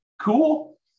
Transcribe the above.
Cool